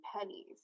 pennies